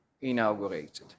inaugurated